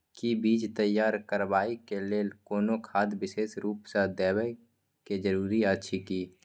कि बीज तैयार करबाक लेल कोनो खाद विशेष रूप स देबै के जरूरी अछि की?